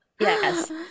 Yes